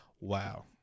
wow